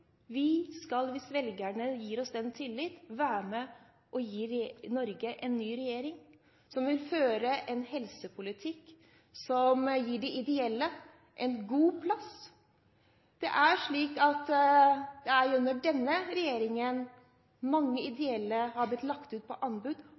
Folkeparti skal – hvis velgerne gir oss tillit – være med og gi Norge en ny regjering som vil føre en helsepolitikk som gir de ideelle en god plass. Det er jo under denne regjeringen – med en rød-grønn politikk – mange